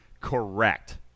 Correct